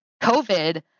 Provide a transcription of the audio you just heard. COVID